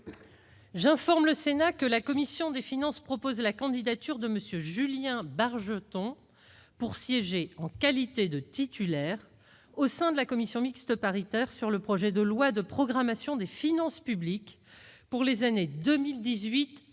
J'informe le Sénat que la commission des finances propose la candidature de M. Julien Bargeton pour siéger, en qualité de titulaire, au sein de la commission mixte paritaire sur le projet de loi de programmation des finances publiques pour les années 2018 à 2022,